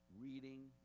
reading